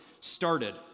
started